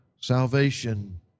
salvation